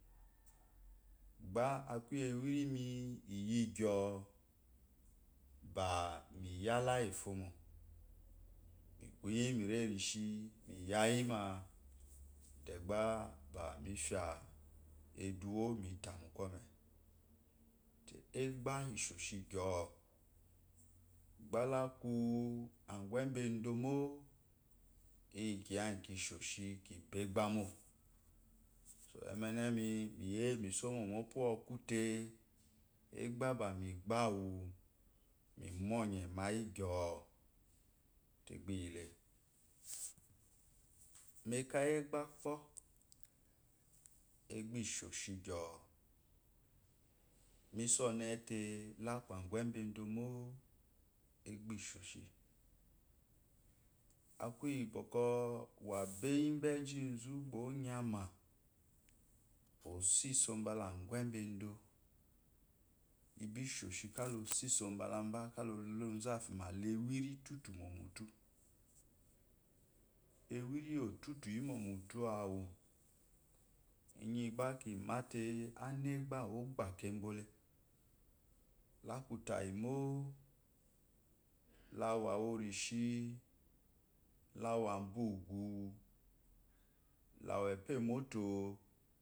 Gba akuyi ewirimi iyi gyo bami yala iyi fomo mikuyi mirenshi miyayima gba be mifya eduwo mita mu kome egbe ishoshi gyo gbalaku agwebedomo kiyi kiyi gyi kisheshi kiba egbamo emenemi miyeye misomu mu opuwokute egba ba in gbaamu mimu onye mayi gyoo meka iyi egba kpo egba eshoshi gyoo miso onete laku agwebedomo egda ishoshi akuyi bwɔkwɔ wabayi bejizu bwɔngema osiso bala agwebedo ibishoshi kda osiso bda ba kala luzu afima la ewumi ifufuto mutu ewunyyi otutuyimo mutu awo inyi gba kimate anegba ogbake bote lakutayimo kawamo rishi lawa bo ugu kwa peemoto.